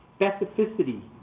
specificity